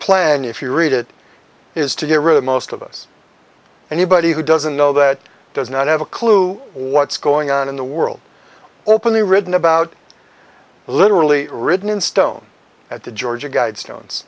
plan if you read it is to get rid of most of us and he body who doesn't know that does not have a clue what's going on in the world openly written about literally written in stone at the georgia guidestones